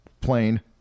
plane